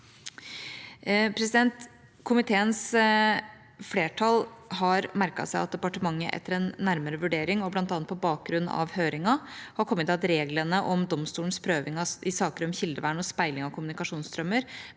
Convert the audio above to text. Komiteens flertall har merket seg at departementet etter en nærmere vurdering, og bl.a. på bakgrunn av høringen, har kommet til at reglene om domstolens prøving i saker om kildevern og speiling av kommunikasjonsstrømmer